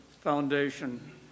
Foundation